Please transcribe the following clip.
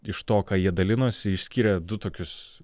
iš to ką jie dalinosi išskiria du tokius